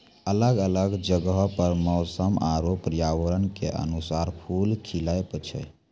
अलग अलग जगहो पर मौसम आरु पर्यावरण क अनुसार फूल खिलए छै